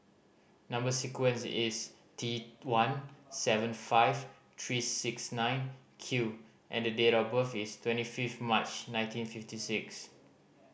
number sequence is T one seven five three six nine Q and the date of birth is twenty fifth March nineteen fifty six